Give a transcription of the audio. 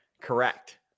Correct